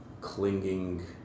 clinging